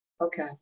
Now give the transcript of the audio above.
Okay